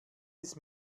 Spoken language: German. ist